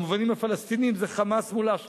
במובנים הפלסטיניים זה "חמאס" מול אש"ף.